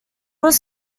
was